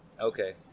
Okay